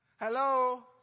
Hello